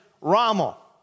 Rommel